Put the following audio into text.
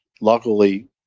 luckily